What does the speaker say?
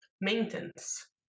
maintenance